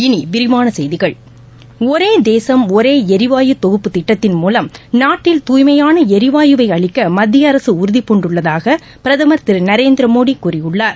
இனி விரிவான செய்திகள் ஒரே தேசம் ஒரே எரிவாயு தொகுப்பு திட்டத்தின் மூவம் நாட்டில் தூய்மையான எரிவாயுவை அளிக்க மத்திய அரசு உறுதிபூண்டுள்ளதாக பிரதமர் திரு நரேந்திரமோடி கூறியுள்ளார்